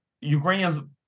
Ukrainians